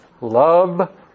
love